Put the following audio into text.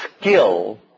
skill